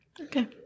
Okay